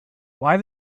why